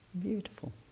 beautiful